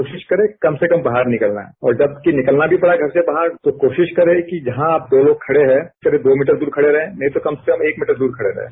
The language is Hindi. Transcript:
कोशिश करे कम से कम बाहर निकलना और जबकि निकलना भी पड़ा घर से बाहर तो कोशिश करें कि जहां आप दो लोग खड़े हैं करीब दो मीटर दूर खडें रहें नहीं तो कम से कम एक मीटर दूर खड़े रहें